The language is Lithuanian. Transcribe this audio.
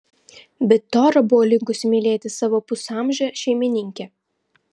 bet tora buvo linkusi mylėti savo pusamžę šeimininkę